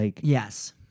Yes